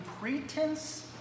pretense